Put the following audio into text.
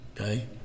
Okay